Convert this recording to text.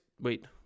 wait